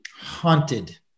haunted